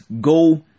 go